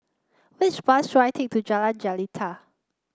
which bus should I take to Jalan Jelita